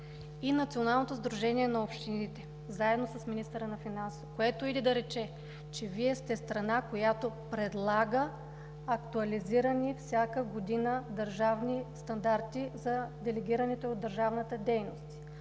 и Националното сдружение на общините заедно с министъра на финансите, което иде да рече, че Вие сте страна, която предлага актуализирани всяка година държавни стандарти за делегирането от държавната дейност.